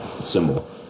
Symbol